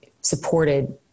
supported